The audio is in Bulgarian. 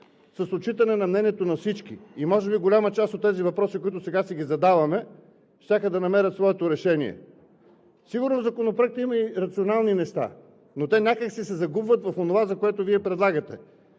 – с отчитане на мнението на всички, може би голяма част от въпросите, които сега си задаваме, щяха да намерят своето решение. Сигурно Законопроектът има и рационални неща, но те някак си се загубват в онова, което Вие предлагате